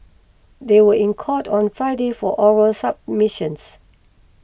they were in court on Friday for oral submissions